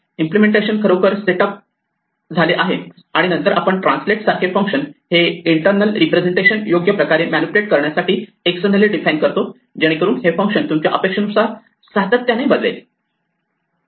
implementation खरोखर setup झाले आहे आणि नंतर आपण ट्रान्सलेट सारखे फंक्शन हे इंटरनल रिप्रेझेंटेशन योग्य प्रकारे मॅनिप्युलेट करण्यासाठी एक्स्टर्णली डिफाइन करतो जेणेकरून हे फंक्शन तुमच्या अपेक्षेनुसार सातत्याने बदलेल